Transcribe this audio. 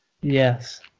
Yes